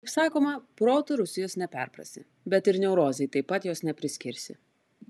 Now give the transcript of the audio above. kaip sakoma protu rusijos neperprasi bet ir neurozei taip pat jos nepriskirsi